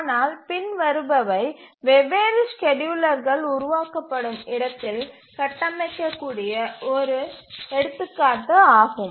ஆனால் பின்வருபவை வெவ்வேறு ஸ்கேட்யூலர்கள் உருவாக்கப்படும் இடத்தில் கட்டமைக்க கூடிய ஒரு எடுத்துக்காட்டு ஆகும்